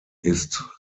ist